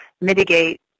mitigate